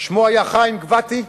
שמו היה חיים גבתי.